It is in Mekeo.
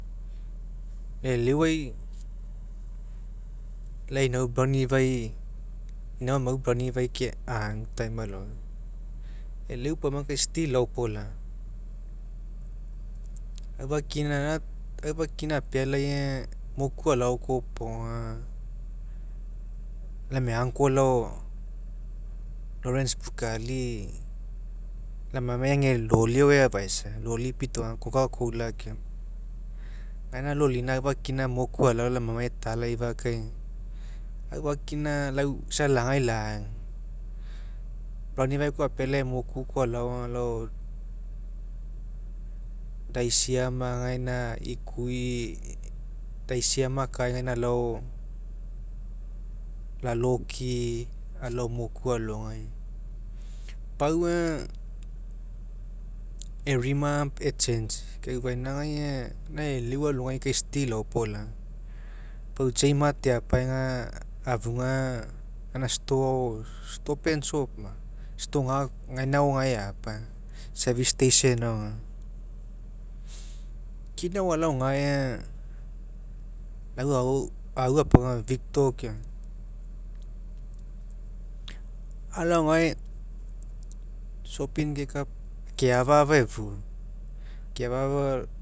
E'eleuai lau inau brown river'ai lau inau amau brown river'ai agu time alogai, e'eleu paumagaikai still laopolaga aufakina gaina aufakina apealai aga moku alao kopoga aga lau emai uncle ao lawrence pukali lai amamai ega loli ao eafaisa loli pitoga coka cola keoma. Gaina lolina aufakina moku alao lai amamai etalaifa kai aufakina aga lau isa lagai lagu brown river'ai koa apealai moku koa alao aga alao daisiama gaina ikui daisiama akaegaina alao laloko alao moku alogai. Pau aga erima e'changei kai ufainagai aga lau e'eleuai alogai kai still laopolaga aga pau j- mart eapae afugai aga gaina store ao stop and shop o store gaina ao gae eapa lau au apaoga victor keoma alao gae shopping keka keafa'afa efua keafa'afa